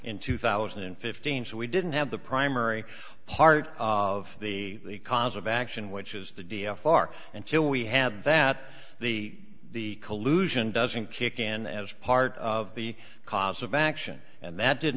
in two thousand and fifteen so we didn't have the primary part of the cause of action which is to be a far until we had that the collusion doesn't kick in as part of the cause of action and that did